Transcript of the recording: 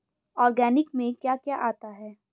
Organic में क्या क्या आता है?